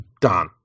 Done